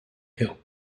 hill